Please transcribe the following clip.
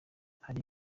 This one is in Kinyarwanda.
hari